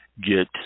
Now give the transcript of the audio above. get